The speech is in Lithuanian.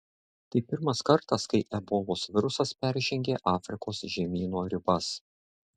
tai pirmas kartas kai ebolos virusas peržengė afrikos žemyno ribas